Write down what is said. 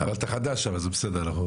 אתה חדש אז בסדר.